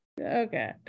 Okay